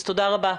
תודה רבה.